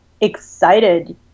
excited